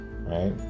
right